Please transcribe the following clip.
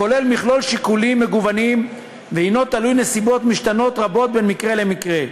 הכולל מכלול שיקולים מגוונים ותלוי נסיבות משתנות רבות בין מקרה למקרה.